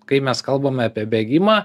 kai mes kalbame apie bėgimą